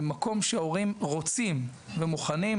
במקום שההורים רוצים ומוכנים.